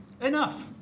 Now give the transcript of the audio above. Enough